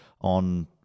on